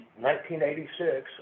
1986